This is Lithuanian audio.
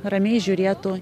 ramiai žiūrėtų